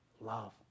love